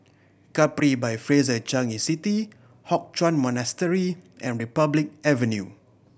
Capri by Fraser Changi City Hock Chuan Monastery and Republic Avenue